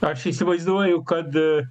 aš įsivaizduoju kad